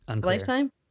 lifetime